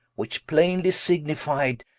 which plainly signified,